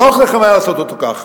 נוח היה לכם לעשות אותו ככה.